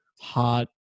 hot